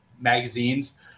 magazines